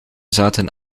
zaten